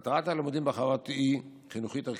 מטרת הלימודים בחוות היא חינוכית-ערכית,